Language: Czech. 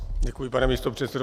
Děkuji, pane místopředsedo.